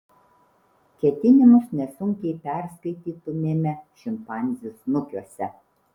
ketinimus nesunkiai perskaitytumėme šimpanzių snukiuose